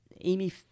Amy